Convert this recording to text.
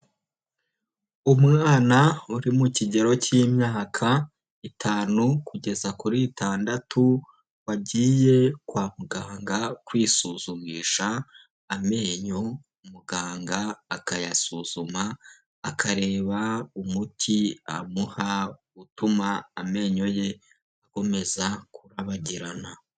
Umwana uri mu kigero cy'imyaka itanu kugeza kuri itandatu wagiye kwa muganga kwisuzumisha amenyo, muganga akayasuzuma akareba umuti amuha utuma amenyo ye akomeza kurabagirana.